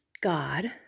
God